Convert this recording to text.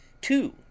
two